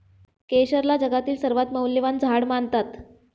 केशरला जगातील सर्वात मौल्यवान झाड मानतात